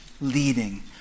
leading